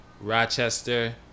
Rochester